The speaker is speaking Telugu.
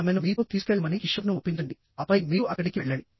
ఆమెను మీతో తీసుకెళ్లమని కిషోర్ను ఒప్పించండి ఆపై మీరు అక్కడికి వెళ్లండి